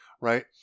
right